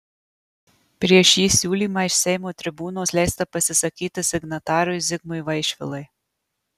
prieš šį siūlymą iš seimo tribūnos leista pasisakyti signatarui zigmui vaišvilai